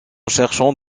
cherchons